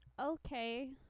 okay